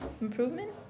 improvement